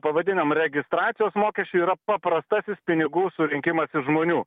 pavadinom registracijos mokesčiu yra paprasta pinigų surinkimas iš žmonių